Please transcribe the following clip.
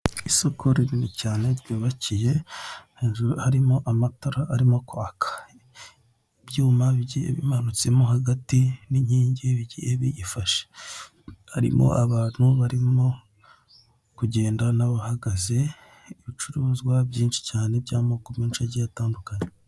Isoko rinini cyane ryubakiye hejuru harimo amatara arimo kwaka, ibyuma bigiye bimanutsemo hagati n'inkingi bigiye biyifashe harimo abantu barimo kugenda n'abahagaze, ibicuruzwa byinshi cyane by'amoko menshi agiye atandukanye.